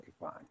fine